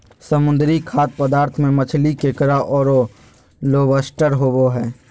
समुद्री खाद्य पदार्थ में मछली, केकड़ा औरो लोबस्टर होबो हइ